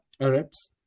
Arabs